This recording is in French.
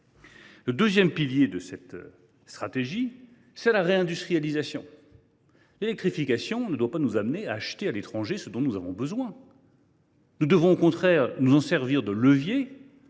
Le deuxième pilier de cette stratégie est la réindustrialisation. L’électrification ne doit pas nous conduire à acheter à l’étranger ce dont nous avons besoin. Nous devons au contraire nous en servir comme